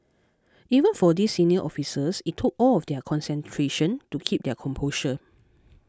even for these senior officers it took all of their concentration to keep their composure